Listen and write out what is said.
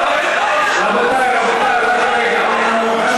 רגע, רבותי.